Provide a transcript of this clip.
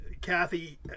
Kathy